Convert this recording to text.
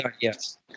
Yes